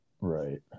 right